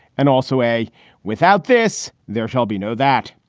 and also a without this, there shall be no that,